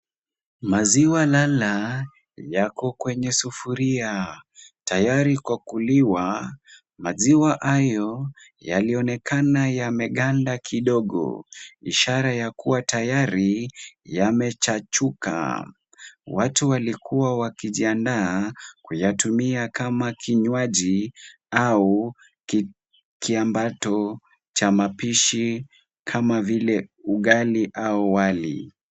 Maziwa lala yako kwenye sufuria tayari kwa kuliwa. Maziwa hayo yalionekana yameganda kidogo ishara ya kuwa tayari, yamechachuka. Watu walikuwa wakijiandaa kuyatumia kama kinywaji au kiambato cha mapishi, kama vile ugali au wali.